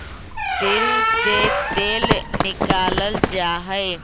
तिल से तेल निकाल्ल जाहई